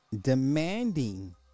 demanding